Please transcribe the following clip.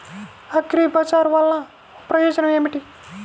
అగ్రిబజార్ వల్లన ప్రయోజనం ఏమిటీ?